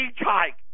hike